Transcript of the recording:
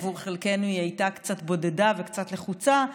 עבור חלקנו היא הייתה קצת בודדה וקצת לחוצה,